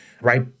right